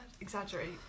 Exaggerate